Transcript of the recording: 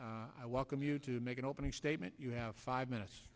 i welcome you to make an opening statement you have five minutes